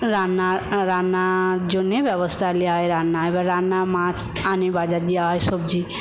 রান্নার রান্নার জন্যে ব্যবস্থা নেওয়া হয় রান্না এবার রান্না মাছ আনে বাজার যাওয়া হয় সবজি